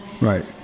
Right